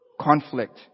conflict